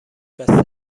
بسته